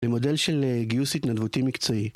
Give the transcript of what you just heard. במודל של גיוס התנדבותי מקצועי